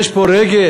יש פה רגש?